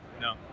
no